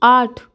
आठ